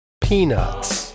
Peanuts